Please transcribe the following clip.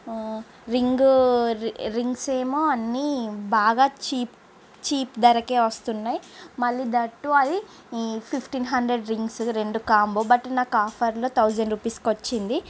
ring rings ఏమో అన్నీ బాగా చీప్ చీప్ ధరకు వస్తున్నాయి మళ్ళీ దట్ టూ అది ఫిఫ్టీన్ హండ్రెడ్ రింగ్స్ రెండు కాంబో బట్ నాకు ఆఫర్లో థౌసండ్ రూపీస్కు వచ్చింది